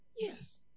Yes